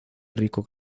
rico